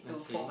okay